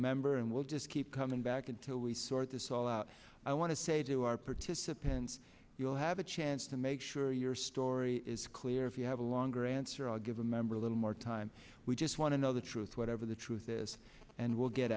remember and we'll just keep coming back until we sort this all out i want to say to our participants you'll have a chance to make sure your story is clear if you have a longer answer i'll give a member a little more time we just want to know the truth whatever the truth is and we'll get